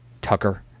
Tucker